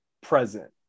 present